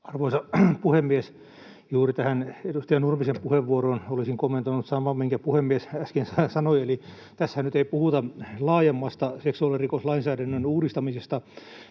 Arvoisa puhemies! Juuri tähän edustaja Nurmisen puheenvuoroon olisin kommentoinut saman, minkä puhemies äsken sanoi, eli tässähän nyt ei puhuta laajemmasta seksuaalirikoslainsäädännön uudistamisesta